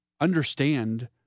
understand